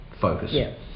focus